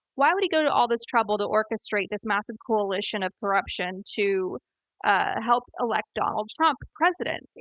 why would he go to all this trouble to orchestrate this massive coalition of corruption to ah help elect donald trump president?